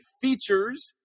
features